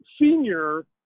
senior